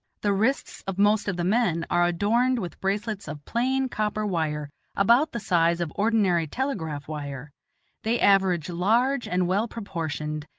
the wrists of most of the men are adorned with bracelets of plain copper wire about the size of ordinary telegraph wire they average large and well-proportioned,